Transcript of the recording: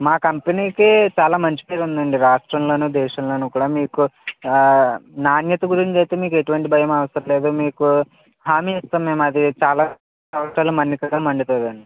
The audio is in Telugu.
మా కంపెనీకి చాలా మంచి పేరుందండి రాష్ట్రంలోను దేశంలోను కూడా మీకు నాణ్యత గురించైతే మీకు ఎటువంటి భయము అవసరం లేదు మీకు హామీ ఇస్తాము మాది చాలా సంవత్సరాలు మన్నికగా మన్నుతుందండి